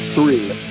Three